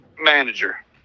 Manager